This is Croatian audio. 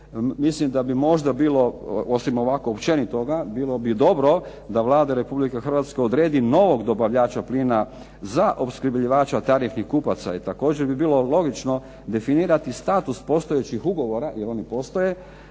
Mislim da bi možda bilo, osim ovako općenitoga, bilo bi dobro da Vlada Republike Hrvatske odredi novog dobavljača plina za opskrbljivača tarifnih kupaca i također bi bilo logično definirati status postojećih ugovora jer oni postoje